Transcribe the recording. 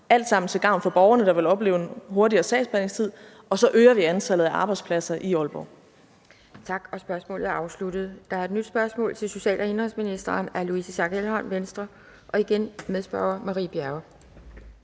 alt sammen til gavn for borgerne, der vil opleve en hurtigere sagsbehandlingstid, og så øger vi antallet af arbejdspladser i Aalborg.